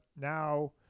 now